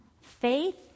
faith